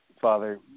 father